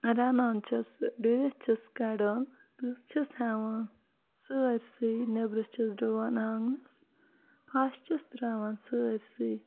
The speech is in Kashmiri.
رَنان چھَس ڈُیِتھ چھَس کَڑان تٕژھ چھَس ہیٚوان سٲرسٕے نیٚبرٕ چھَس ڈُوان آنٛگنَس پھَش چھَس تراوان سٲرسٕے